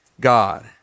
God